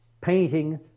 painting